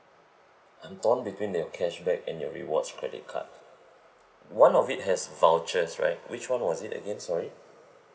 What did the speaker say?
I'm torn between your cashback and your rewards credit card one of it has vouchers right which one was it again sorry